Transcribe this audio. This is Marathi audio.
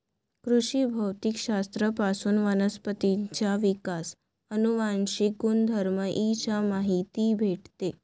कृषी भौतिक शास्त्र पासून वनस्पतींचा विकास, अनुवांशिक गुणधर्म इ चा माहिती भेटते